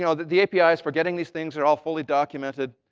you know the the apis for getting these things are all fully documented.